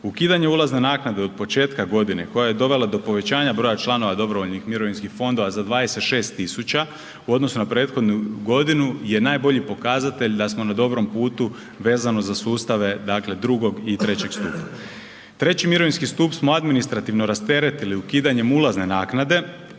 Ukidanje ulazne naknade od početka godine koja je dovela do povećanja broja članova dobrovoljnih mirovinskih fondova za 26.000 u odnosu na prethodnu godinu je najbolji pokazatelj da smo na dobrom putu vezano za sustave dakle drugog i trećeg stupa. Treći mirovinski stup smo administrativno rasteretili ukidanjem ulazne naknade